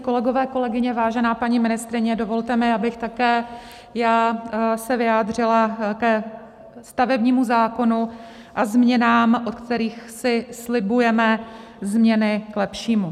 Kolegyně, kolegové, vážená paní ministryně, dovolte mi, abych také já se vyjádřila ke stavebnímu zákonu a změnách, od kterých si slibujeme změny k lepšímu.